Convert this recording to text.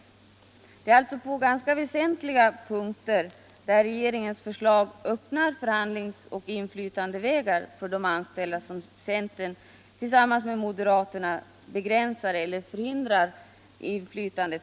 På väsentliga punkter, där regeringens förslag öppnar förhandlingsoch inflytandevägar för de anställda, vill centern tillsamraans med moderaterna begränsa eller förhindra arbetstagarnas inflytande.